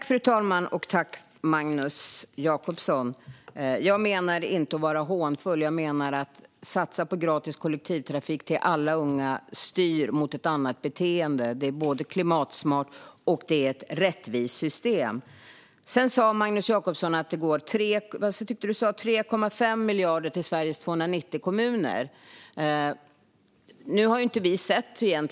Fru talman! Tack, Magnus Jacobsson! Jag menade inte att vara hånfull, utan jag menade att en satsning på gratis kollektivtrafik till alla unga styr mot ett annat beteende. Det är både klimatsmart och rättvist. Magnus Jacobsson sa att Sveriges 290 kommuner får 3,5 miljarder.